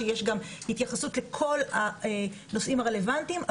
כשיש גם התייחסות לכל הנושאים הרלוונטיים.